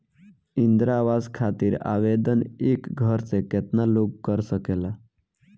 इंद्रा आवास खातिर आवेदन एक घर से केतना लोग कर सकेला?